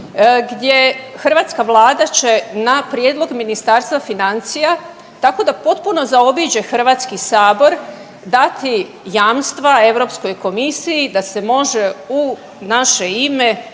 gdje hrvatska Vlada će na prijedlog Ministarstva financija tako da potpuno zaobiđe Hrvatski sabor dati jamstva Europskoj komisiji da se može u naše ime